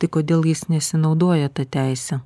tai kodėl jis nesinaudoja ta teise